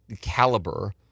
caliber